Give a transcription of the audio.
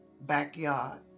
backyard